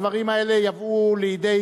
הדברים האלה יעברו לידי